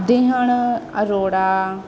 दिहण Arora